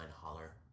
Holler